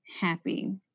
happy